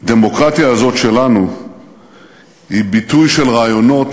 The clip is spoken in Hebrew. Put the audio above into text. הדמוקרטיה הזאת שלנו היא ביטוי של רעיונות